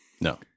No